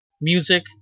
music